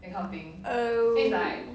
oh